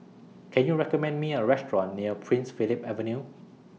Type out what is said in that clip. Can YOU recommend Me A Restaurant near Prince Philip Avenue